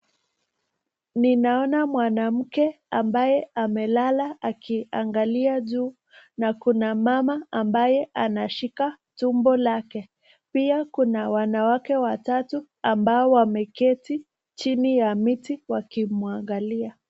Ninaona mwanamke ambaye amelala akiangalia juu na kuna mama ambaye anashika tumbo lake pia kuna wanawake watatu ambao wameketi chini ya miti wakimuangalia.